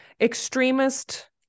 Extremist